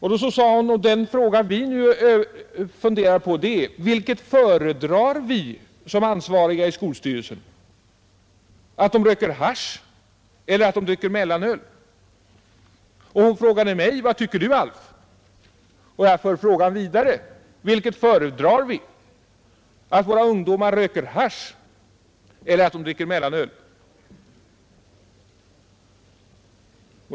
Hon sade: Vi funderar nu på vilket vi som ansvariga i skolstyrelsen bör föredra — att de röker hasch eller att de dricker mellanöl. Hon frågade mig: ”Vad tycker du Alf?” Och jag för frågan vidare: Vilket föredrar vi — att våra ungdomar röker hasch eller att de dricker mellanöl?